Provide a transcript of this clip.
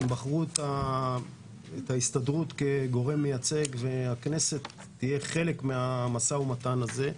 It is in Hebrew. והם בחרו את ההסתדרות כגורם מייצג והכנסת תהיה חלק מהמשא ומתן הזה,